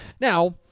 Now